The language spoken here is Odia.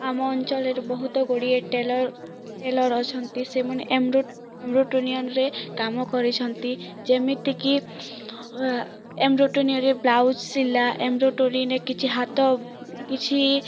ଆମ ଅଞ୍ଚଳରେ ବହୁତ ଗୁଡ଼ିଏ ଟେଲର୍ ଟେଲର୍ ଅଛନ୍ତି ସେମାନେ ଏମ୍ବ୍ରୋ ଏମ୍ବ୍ରୋଟୋନିୟନ୍ରେ କାମ କରିଛନ୍ତି ଯେମିତିକି ଏମ୍ବ୍ରୋଟୋନିୟରେ ବ୍ଲାଉଜ୍ ସିଲା ଏମ୍ବ୍ରୋଟୋନିରେ କିଛି ହାତ କିଛି